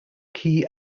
key